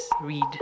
read